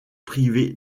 privée